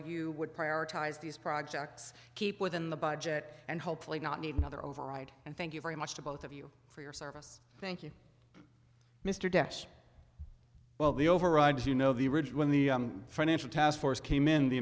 you would prioritize these projects keep within the budget and hopefully not need another override and thank you very much to both of you for your service thank you mr dexter well the overrides you know the ridge when the financial task force came in the